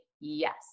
yes